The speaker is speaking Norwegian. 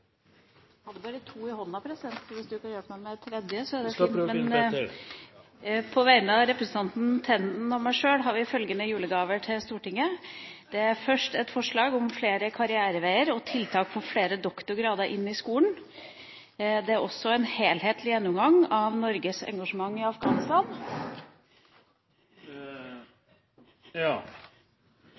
På vegne av representanten Tenden og meg selv har jeg følgende julegaver til Stortinget: Det er først et forslag om å øke antallet undervisningspersonell med doktorgrad og sikre flere karriereveier i skolen. Det er også et forslag om en helhetlig gjennomgang av Norges engasjement i Afghanistan.